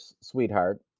sweetheart